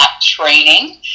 training